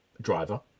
driver